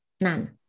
None